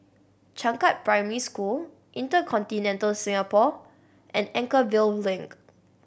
Changkat Primary School InterContinental Singapore and Anchorvale Link